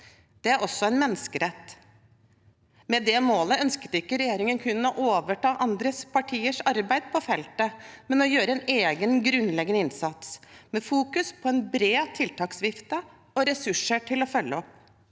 Det er også en menneskerett. Med det målet ønsket regjeringen ikke kun å overta andre partiers arbeid på feltet, men å gjøre en egen grunnleggende innsats med fokus på en bred tiltaksvifte og ressurser til å følge opp.